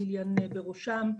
ליליאן בראשם.